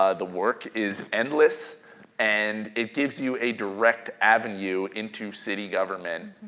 ah the work is endless and it gives you a direct avenue into city government